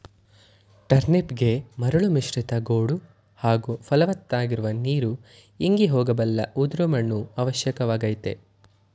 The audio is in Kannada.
ಟರ್ನಿಪ್ಗೆ ಮರಳು ಮಿಶ್ರಿತ ಗೋಡು ಹಾಗೂ ಫಲವತ್ತಾಗಿರುವ ನೀರು ಇಂಗಿ ಹೋಗಬಲ್ಲ ಉದುರು ಮಣ್ಣು ಅವಶ್ಯಕವಾಗಯ್ತೆ